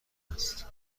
است